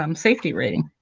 um safety rating